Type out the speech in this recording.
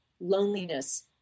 loneliness